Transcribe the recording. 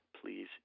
please